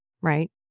right